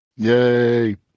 Yay